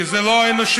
כי זה לא האנושיות,